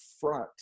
front